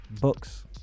books